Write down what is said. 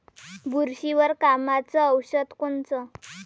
बुरशीवर कामाचं औषध कोनचं?